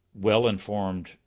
well-informed